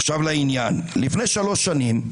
עכשיו לעניין, לפני שלוש שנים,